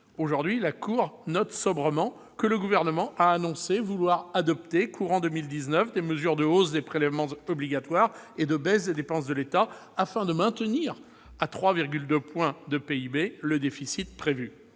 Aujourd'hui la Cour des comptes note sobrement que « le Gouvernement a annoncé vouloir adopter courant 2019 des mesures de hausse de prélèvements obligatoires et de baisse des dépenses de l'État [...] afin de maintenir à 3,2 points de PIB le déficit prévu